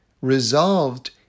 resolved